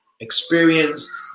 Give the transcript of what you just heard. experience